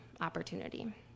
opportunity